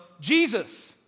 Jesus